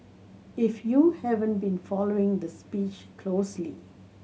if you haven't been following the speech closely